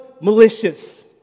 malicious